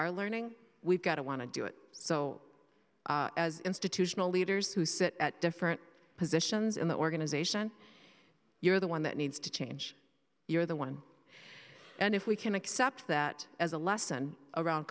our learning we've got to want to do it so as institutional leaders who sit at different positions in the organization you're the one that needs to change you're the one and if we can accept that as a lesson around